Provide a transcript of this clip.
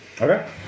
Okay